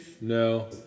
No